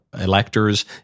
electors